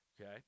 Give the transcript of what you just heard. Okay